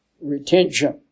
retention